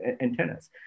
antennas